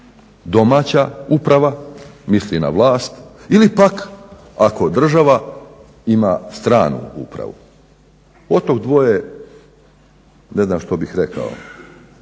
domaća uprava, misli na vlast ili pak ako država ima stranu upravu. Od tog dvoje ne znam što bih rekao